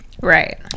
right